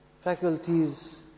faculties